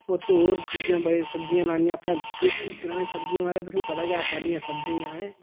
उत होर चीजां बड़ियां सब्जियां लानियां अपनै देसी ग्रांऽ दियां सब्जियां माराज तुसें ई पता गै ऐ सैल्लियां सब्जियां ऐं